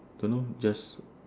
don't know just